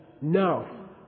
No